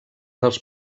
dels